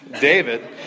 David